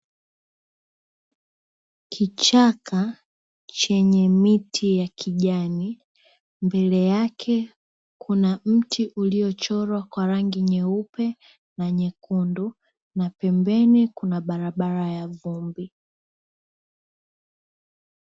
Kichaka chenye miti ya kijani, mbele yake kuna mti uliochorwa kwa rangi nyeupe na nyekundu, na pembeni kuna barabara ya vumbi.